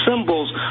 symbols